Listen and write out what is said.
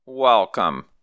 Welcome